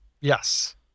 Yes